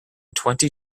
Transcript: twenty